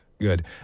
Good